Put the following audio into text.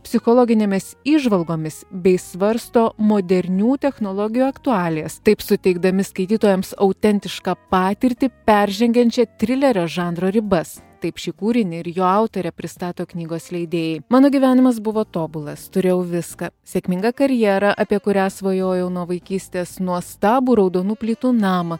psichologinėmis įžvalgomis bei svarsto modernių technologijų aktualijas taip suteikdami skaitytojams autentišką patirtį peržengiančią trilerio žanro ribas taip šį kūrinį ir jo autorė pristato knygos leidėjai mano gyvenimas buvo tobulas turėjau viską sėkmingą karjera apie kurią svajojau nuo vaikystės nuostabų raudonų plytų namą